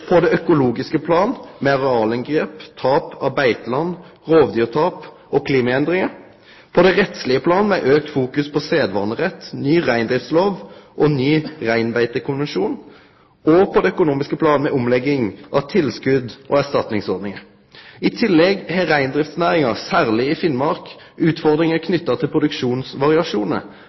på det økologiske planet med arealinngrep, tap av beiteland, rovdyrtap og klimaendringar; på det rettslege planet med auka fokus på sedvanerett, ny reindriftslov og ny reinbeitekonvensjon og på det økonomiske planet med omlegging av tilskots- og erstatningsordningar. I tillegg har reindriftsnæringa, særleg i Finnmark, utfordringar knytte til